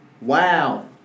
wow